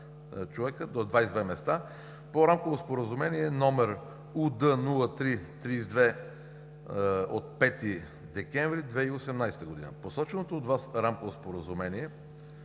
сядане до 22 места по Рамково споразумение, № УД 03-32 от 5 декември 2018 г. Посоченото от Вас Рамково споразумение,